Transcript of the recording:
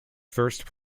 first